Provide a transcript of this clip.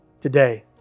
today